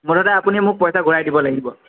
মুঠতে আপুনি মোক পইচা ঘূৰাই দিব লাগিব